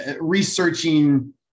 researching